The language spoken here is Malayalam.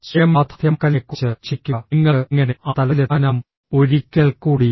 സ്വയം യാഥാർത്ഥ്യമാക്കലിനെക്കുറിച്ച് ചിന്തിക്കുക നിങ്ങൾക്ക് എങ്ങനെ ആ തലത്തിലെത്താനാകും